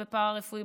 בפארה-רפואי,